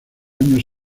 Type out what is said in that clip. años